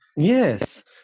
Yes